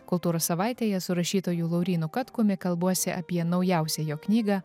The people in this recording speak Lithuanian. kultūros savaitėje su rašytoju laurynu katkumi kalbuosi apie naujausią jo knygą